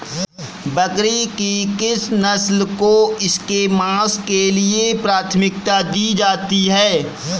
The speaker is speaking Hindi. बकरी की किस नस्ल को इसके मांस के लिए प्राथमिकता दी जाती है?